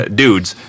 dudes